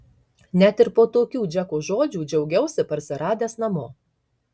net ir po tokių džeko žodžių džiaugiausi parsiradęs namo